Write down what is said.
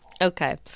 okay